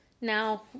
Now